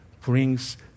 brings